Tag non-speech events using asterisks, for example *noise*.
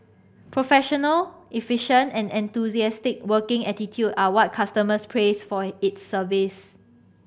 professional efficient and enthusiastic working attitude are what customers praise for *unintelligible* its service